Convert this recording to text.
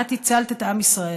את הצלת את עם ישראל.